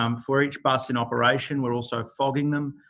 um for each bus in operation we're also fogging them